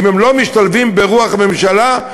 אם הם לא משתלבים ברוח הממשלה,